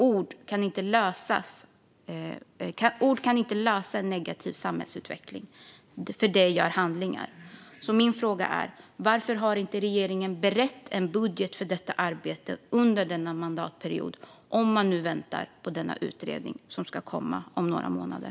Ord kan inte lösa en negativ samhällsutveckling. Det gör handlingar. Min fråga är: Varför har inte regeringen berett en budget för detta arbete under denna mandatperiod, om man nu väntar på den utredning som ska komma om några månader?